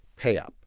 pay up.